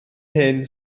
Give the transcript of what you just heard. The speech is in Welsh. hyn